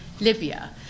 Libya